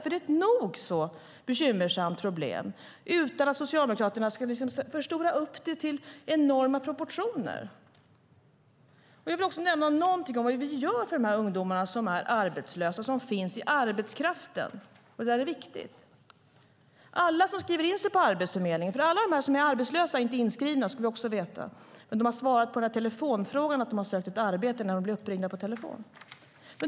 Det är ett nog så bekymmersamt problem utan att Socialdemokraterna ska förstora upp det till enorma proportioner. Jag vill också nämna någonting om vad vi gör för dessa ungdomar som är arbetslösa och finns i arbetskraften. Det är viktigt. Detta gäller alla som skriver in sig på Arbetsförmedlingen. Vi ska också veta att alla inte är inskrivna. Men de har svarat på telefonfrågan att de har sökt ett arbete när de blivit uppringda på telefon.